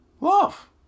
love